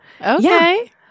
Okay